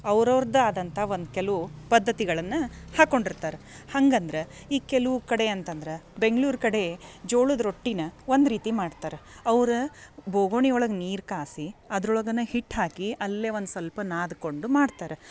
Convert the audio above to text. ಅವ್ರವ್ರ್ದೇ ಆದಂಥ ಒಂದು ಕೆಲವು ಪದ್ಧತಿಗಳನ್ನು ಹಾಕೊಂಡಿರ್ತಾರ ಹಂಗಂದ್ರೆ ಈ ಕೆಲವು ಕಡೆ ಅಂತಂದ್ರೆ ಬೆಂಗ್ಳೂರು ಕಡೆ ಜೋಳದ ರೊಟ್ಟಿನ ಒಂದು ರೀತಿ ಮಾಡ್ತಾರ ಅವ್ರು ಬೋಗುಣಿ ಒಳಗೆ ನೀರು ಕಾಯಿಸಿ ಅದ್ರೊಳಗೇನ ಹಿಟ್ಟು ಹಾಕಿ ಅಲ್ಲೇ ಒಂದು ಸ್ವಲ್ಪ ನಾದಿಕೊಂಡು ಮಾಡ್ತಾರ